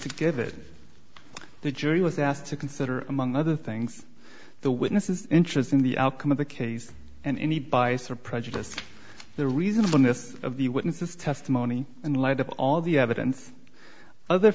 to give it the jury was asked to consider among other things the witnesses interest in the outcome of the case and any bias or prejudice the reasonableness of the witness's testimony in light of all the evidence other